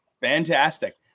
Fantastic